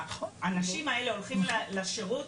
האנשים האלה הולכים לשירות,